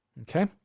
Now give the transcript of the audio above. Okay